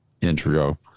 intro